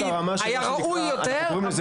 היה ראוי יותר --- אנחנו קוראים לזה